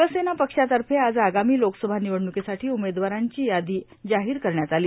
शिवसेना पक्षातर्फे आज आगामी लोकसभा निवडणुकीसाठी उमेदवारांची यादी जाहीर करण्यात आली